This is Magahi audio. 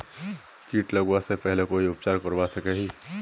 किट लगवा से पहले कोई उपचार करवा सकोहो ही?